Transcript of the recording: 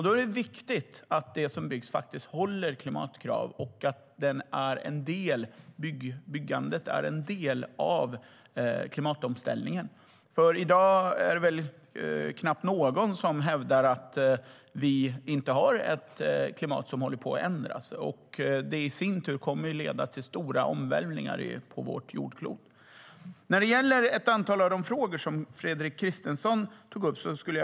Då är det viktigt att det som byggs faktiskt uppfyller klimatkraven och att byggandet är en del av klimatomställningen, för i dag är det väl knappt någon som hävdar att vi inte har ett klimat som håller på att förändras. Det i sin tur kommer att leda till stora omvälvningar på vårt jordklot. Jag skulle vilja svara på ett antal av de frågor som Fredrik Christensson tog upp.